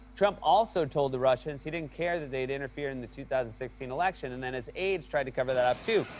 trump also told the russians he didn't care that they'd interfered in the two thousand and sixteen election, and then his aides tried to cover that up, too.